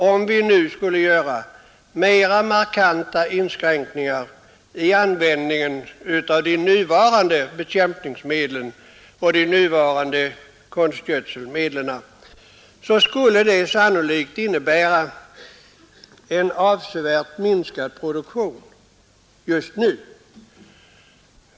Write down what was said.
Om vi skulle vidta mera markanta inskränkningar i användningen av nuvarande bekämpningsmedel och konstgödselmedel, kan vi inte bortse ifrån att detta sannolikt skulle innebära en avsevärt minskad produktion just nu.